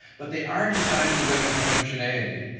but they are designed to limit homogeneity.